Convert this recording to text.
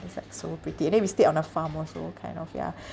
it's like so pretty and then we stayed on a farm also kind of yeah